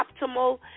optimal